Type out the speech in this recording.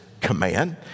command